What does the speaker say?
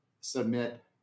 submit